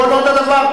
כל עוד הדבר,